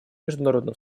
международным